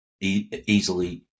easily